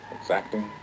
exacting